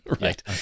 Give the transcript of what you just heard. Right